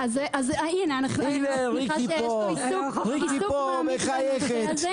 הנה ריקי בליך פה מחייכת.